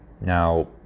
Now